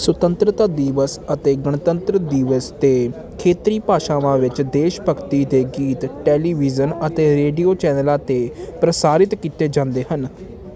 ਸੁਤੰਤਰਤਾ ਦਿਵਸ ਅਤੇ ਗਣਤੰਤਰ ਦਿਵਸ 'ਤੇ ਖੇਤਰੀ ਭਾਸ਼ਾਵਾਂ ਵਿੱਚ ਦੇਸ਼ ਭਗਤੀ ਦੇ ਗੀਤ ਟੈਲੀਵਿਜ਼ਨ ਅਤੇ ਰੇਡੀਓ ਚੈਨਲਾਂ 'ਤੇ ਪ੍ਰਸਾਰਿਤ ਕੀਤੇ ਜਾਂਦੇ ਹਨ